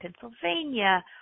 Pennsylvania